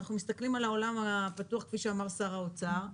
אנחנו מסתכלים על העולם הפתוח, כפי שאמר שר האוצר,